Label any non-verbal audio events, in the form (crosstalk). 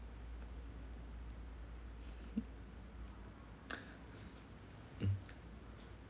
(breath) mm